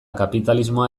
kapitalismoa